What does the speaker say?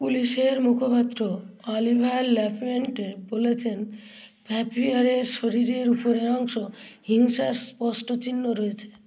পুলিশের মুখপাত্র অলিভার ল্যাফোরেনটেন বলেছেন ফ্যাপ্রিয়ারের শরীরের উপরের অংশ হিংসার স্পষ্ট চিহ্নিত রয়েছে